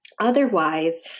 Otherwise